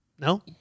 No